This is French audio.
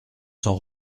s’en